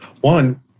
One